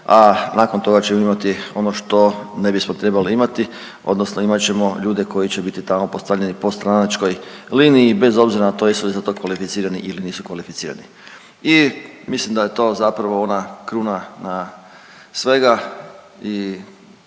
a nakon toga ćemo imati ono što ne bismo trebali imati odnosno imat ćemo ljude koji će biti tamo postavljeni po stranačkoj liniji i bez obzira na to jesu li za to kvalificirani ili nisu kvalificirani. I mislim da je to zapravo ona kruna svega i